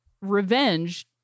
revenge